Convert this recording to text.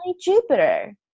jupiter